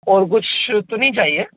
और कुछ तो नहीं चाहिए